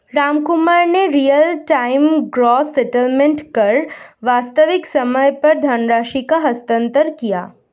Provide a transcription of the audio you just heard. रामकुमार ने real time gross settlement कर वास्तविक समय पर धनराशि का हस्तांतरण किया